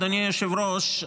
אדוני היושב-ראש,